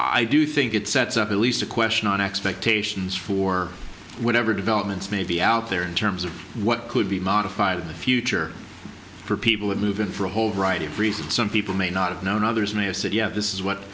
i do think it sets up at least a question on expectations for whatever developments may be out there in terms of what could be modified the future for people who move in for a whole variety of reasons some people may not have known others may have said yes this is what